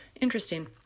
Interesting